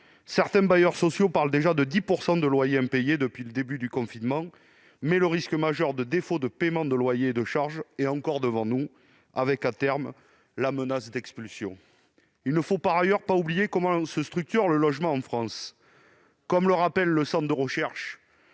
Certains bailleurs sociaux parlent déjà de 10 % de loyers impayés depuis le début du confinement, mais le risque majeur de défaut de paiement de loyer et de charges est encore devant nous, avec, à terme, la menace d'expulsions. Par ailleurs, il ne faut pas oublier la structure du logement en France. Le Centre de recherche